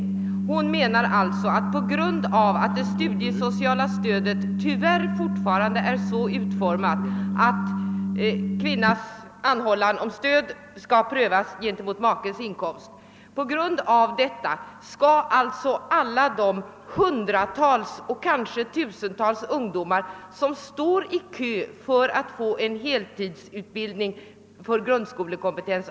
Fru Dahl menar alltså att på grund av att det studiesociala stödet tyvärr fortfarande är så utformat, att kvinnas anhållan om stöd skall prövas gentemot makes inkomst, skall alla de hundratals eller kanske tusentals ungdomar avstängas vilka står i kö för att få en heltidsutbildning för grundskolekompetens.